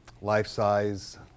life-size